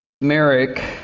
Merrick